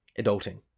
Adulting